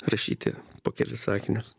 rašyti po kelis sakinius